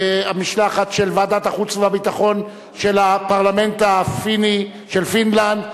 המשלחת של ועדת החוץ והביטחון של הפרלמנט הפיני של פינלנד.